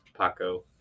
Paco